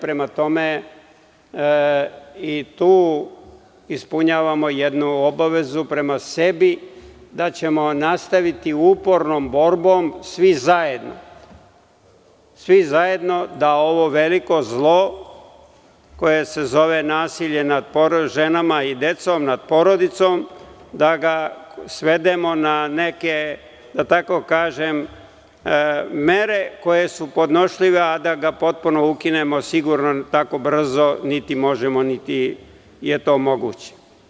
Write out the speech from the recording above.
Prema tome, i tu ispunjavamo jednu obavezu prema sebi da ćemo nastaviti upornom borbom svi zajedno da ovo veliko zlo koje se zove nasilje nad ženama i decom, nad porodicom, da ga svedemo na neke, da tako kažem, mere koje su podnošljive, jer da ga potpuno ukinemo sigurno je da tako brzo niti možemo niti je to moguće.